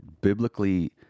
biblically